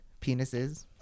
penises